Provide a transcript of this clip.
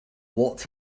what